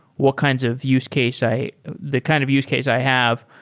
what kinds of use case i the kind of use case i have?